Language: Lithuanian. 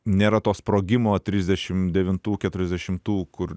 nėra to sprogimo trisdešim devintų keturiasdešimtų kur